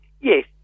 yes